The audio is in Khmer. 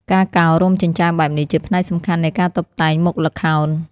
ការកោររោមចិញ្ចើមបែបនេះ ជាផ្នែកសំខាន់នៃការតុបតែងមុខល្ខោន។